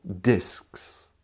discs